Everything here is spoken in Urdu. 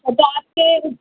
تو آپ کے